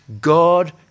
God